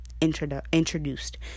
introduced